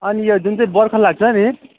अनि यो जुन चाहिँ बर्खा लाग्छ नि